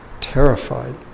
terrified